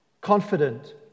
confident